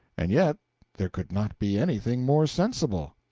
and yet there could not be anything more sensible.